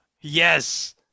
yes